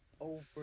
over